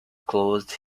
closed